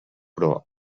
però